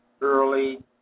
early